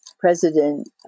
President